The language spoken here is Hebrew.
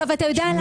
משהו.